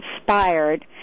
inspired